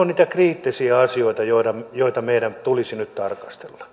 niitä kriittisiä asioita joita joita meidän tulisi nyt tarkastella